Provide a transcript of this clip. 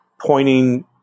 pointing